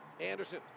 Anderson